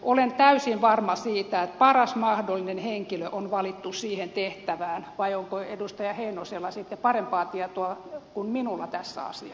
olen täysin varma siitä että paras mahdollinen henkilö on valittu siihen tehtävään vai onko edustaja heinosella sitten parempaa tietoa kuin minulla tässä asiassa